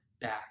back